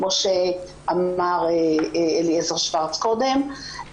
כמו שאמר אליעזר שוורץ קודם,